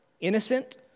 innocent